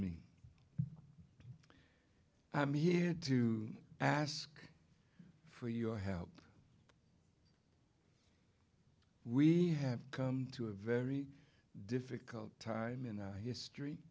me i'm here to ask for your help we have come to a very difficult time in our history